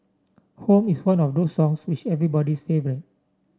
home is one of those songs which is everybody's favourite